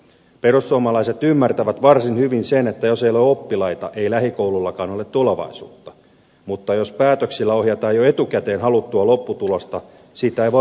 perussuomalaiset ymmärtävät varsin hyvin sen että jos ei ole oppilaita ei lähikoulullakaan ole tulevaisuutta mutta jos päätöksillä ohjataan jo etukäteen haluttua lopputulosta sitä ei voi millään hyväksyä